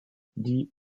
die